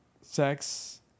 sex